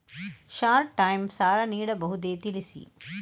Short time ಸಾಲ ನೀಡಬಹುದೇ ತಿಳಿಸಿ?